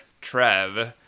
trev